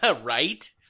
Right